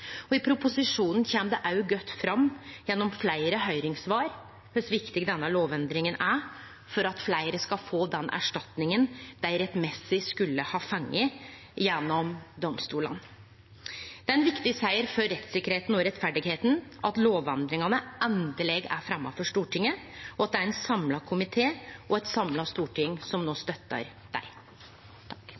og i proposisjonen kjem det òg godt fram gjennom fleire høyringssvar kor viktig denne lovendringa er for at fleire skal få den erstatninga dei rettmessig skulle ha fått gjennom domstolane. Det er ein viktig seier for rettssikkerheita og rettferda at lovendringane endeleg er fremja for Stortinget, og at det er ein samla komité og eit samla storting som no støttar dei.